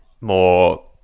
more